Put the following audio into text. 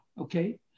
okay